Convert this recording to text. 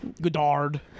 Godard